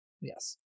Yes